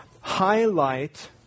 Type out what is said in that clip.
highlight